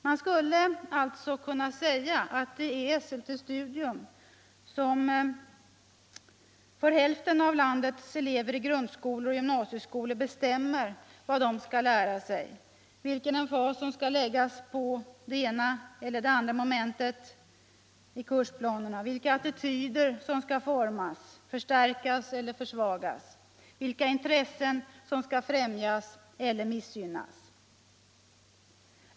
Man skulle således kunna säga att det är Esselte Studium som för hälften av landets elever i grundskolor och gymnasieskolor bestämmer vad de skall lära sig, vilken emfas som skall läggas på det ena eller andra momentet i kursplanerna, vilka attityder som skall formas, förstärkas eHer försvagas, vilka intressen som skall främjas eller missgynnas.